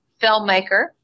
filmmaker